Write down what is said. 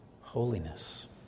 holiness